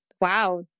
Wow